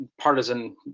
partisan